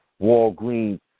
Walgreens